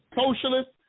socialist